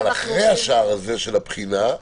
אבל אחרי השער של הבחינה,